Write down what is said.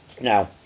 Now